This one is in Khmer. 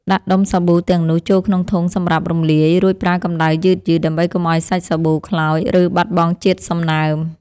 ដាក់ដុំសាប៊ូទាំងនោះចូលក្នុងធុងសម្រាប់រំលាយ រួចប្រើកម្ដៅយឺតៗ ដើម្បីកុំឱ្យសាច់សាប៊ូខ្លោច ឬបាត់បង់ជាតិសំណើម។